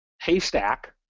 haystack